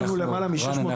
רן,